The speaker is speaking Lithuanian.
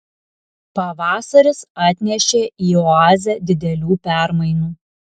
pavasaris atnešė į oazę didelių permainų